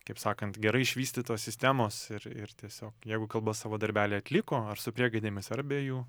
kaip sakant gerai išvystytos sistemos ir ir tiesiog jeigu kalba savo darbelį atliko ar su priegaidėmis ar be jų